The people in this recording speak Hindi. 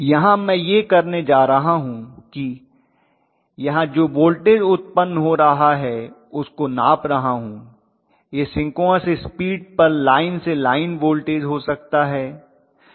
यहाँ मैं यह करने जा रहा हूं कि यहाँ जो वोल्टेज उत्पन्न हो रहा है उसको नाप रहा हूँ यह सिंक्रोनस स्पीड पर लाइन से लाइन वोल्टेज हो सकता है